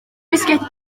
fisgedi